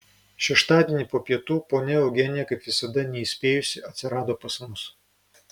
šeštadienį po pietų ponia eugenija kaip visada neįspėjusi atsirado pas mus